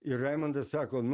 ir raimondas sako nu